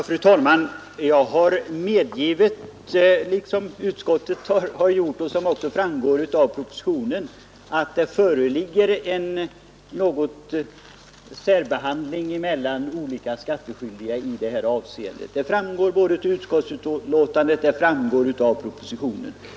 Fru talman! Jag har medgivit, liksom utskottet har gjort, att skattskyldiga behandlas olika i det här avseendet. Det framgår av utskottsbetänkandet, och det framgår även av propositionen.